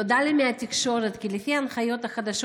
נודע לי מהתקשורת כי לפי ההנחיות החדשות